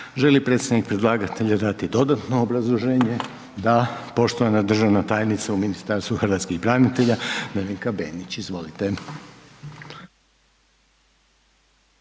li predstavnik predlagatelja dati dodatno obrazloženje? Da, poštovana državna tajnica u Ministarstvu hrvatskih branitelja Nevenka Benić. Izvolite.